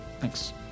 Thanks